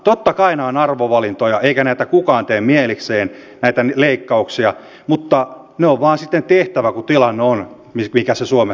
totta kai nämä ovat arvovalintoja eikä näitä leikkauksia kukaan tee mielikseen mutta ne on vaan tehtävä kun tilanne on mikä se suomessa on